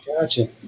Gotcha